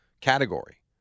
category